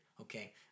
Okay